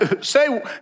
Say